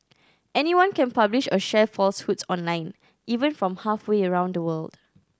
anyone can publish or share falsehoods online even from halfway around the world